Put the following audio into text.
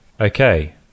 Okay